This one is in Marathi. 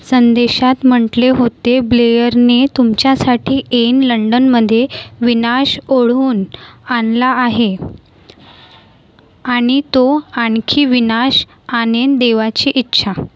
संदेशात म्हटले होते ब्लेअरने तुमच्यासाठी ऐन लंडनमध्ये विनाश ओढवून आणला आहे आणि तो आणखी विनाश आणेल देवाची इच्छा